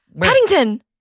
Paddington